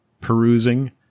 perusing